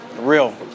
real